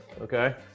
Okay